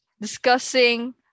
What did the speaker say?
discussing